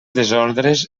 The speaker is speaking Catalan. desordres